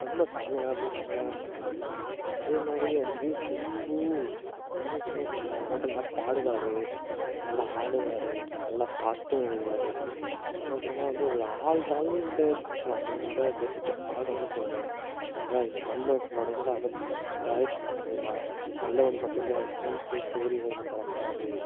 ரொம்ப செம்மையான செம்மையான படம் அது அதேமாதிரி வந்து சிம்பு அதுமட்டும் இல்லாமல் பாடுவார் நல்லா ஆடுவார் நல்லா பாட்டும் எழுதுவார் சொல்லப்போனால் வந்து ஒரு ஆல் ரவுண்டர்னு சொல்லலாம் சினிமாவோட பெஸ்ட்டு ஆல்ரவுண்டர்னு சொல்வேன் மன்மதன் படம் கூட அவர் டேரக்ட் பண்ணது தான் வல்லவன் படத்தைக்கூட அவர் ஸ்க்ரீன் ப்ளே ஸ்டோரி எழுதின படம்தான் அது